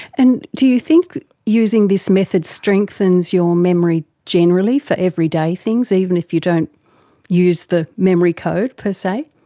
and do you think using this method strengthens your memory generally for everyday things, even if you don't use the memory codes per se?